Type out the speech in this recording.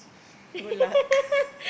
good luck